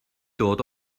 dod